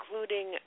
including